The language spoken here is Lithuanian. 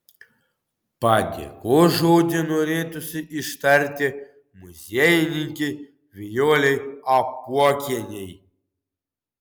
padėkos žodį norėtųsi ištarti muziejininkei vijolei apuokienei